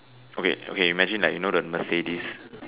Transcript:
okay okay imagine like you know the Mercedes